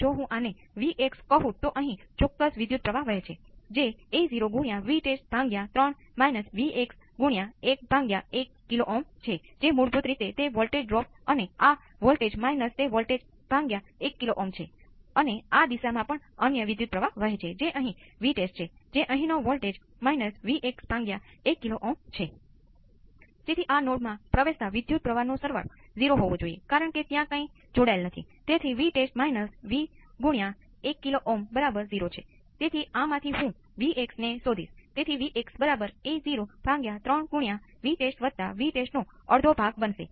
જેમ મેં અગાઉ ઉલ્લેખ કર્યો છે એ રીતે જો તમારી પાસે પૂરતો અનુભવ ધરાવતી પ્રથમ ઓર્ડર સર્કિટ ના પ્રારંભિક મૂલ્યોમાં શું છે તેને થોડા જ સમયમાં સમજાવીશ